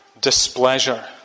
displeasure